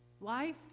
Life